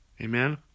Amen